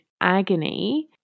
agony